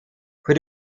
für